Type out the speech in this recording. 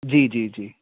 जी जी जी